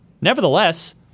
nevertheless